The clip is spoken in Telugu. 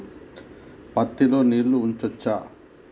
పత్తి లో నీళ్లు ఉంచచ్చా?